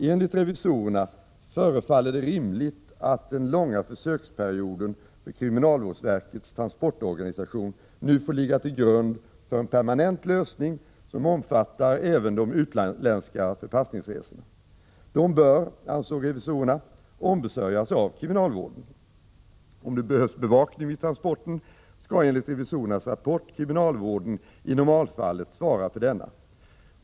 Enligt revisorerna förefaller det rimligt att den långa försöksperioden för kriminalvårdsverkets transportorganisation nu får ligga till grund för en permanent lösning som omfattar även de utländska förpassningsresorna. Dessa bör, ansåg revisorerna, ombesörjas av kriminalvården. Om det behövs bevakning vid transporten skall enligt revisorernas rapport kriminalvården i normalfallet svara för denna.